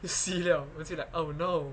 si:死 liao 我就 like oh no